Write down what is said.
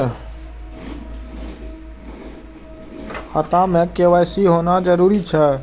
खाता में के.वाई.सी होना जरूरी छै?